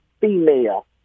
female